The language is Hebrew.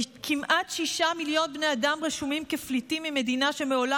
כי כמעט 6 מיליון בני אדם רשומים כפליטים ממדינה שמעולם